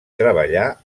treballar